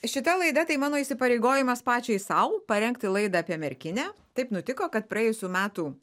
šita laida tai mano įsipareigojimas pačiai sau parengti laidą apie merkinę taip nutiko kad praėjusių metų